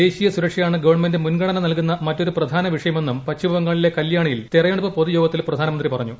ദേശീയ സുരക്ഷയാണ് ഗവൺമെന്റ് മുൻഗണന നൽകുന്ന മറ്റൊരു പ്രധാന വിഷയമെന്നും പശ്ചിമ ബംഗാളിലെ കല്യാണി യിൽ തെരഞ്ഞെടുപ്പ് പൊതുയോഗത്തിൽ പ്രധാനമന്ത്രി പറഞ്ഞു